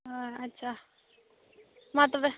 ᱚ ᱟᱪᱪᱷᱟ ᱢᱟ ᱛᱚᱵᱮ